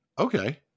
okay